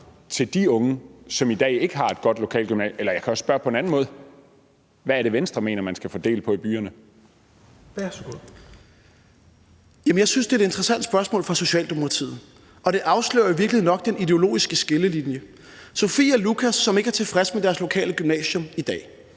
til de unge, som i dag ikke har et godt lokalt gymnasium? Eller jeg kan også spørge på en anden måde: Hvad er det, Venstre mener man skal fordele efter i byerne? Kl. 16:40 Fjerde næstformand (Rasmus Helveg Petersen): Værsgo. Kl. 16:40 Morten Dahlin (V): Jamen jeg synes, det er et interessant spørgsmål fra Socialdemokratiet, og det afslører jo i virkeligheden nok den ideologiske skillelinje. Sofie og Lucas er ikke tilfredse med deres lokale gymnasium i dag,